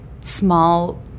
small